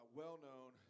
well-known